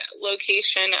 location